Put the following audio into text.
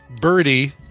birdie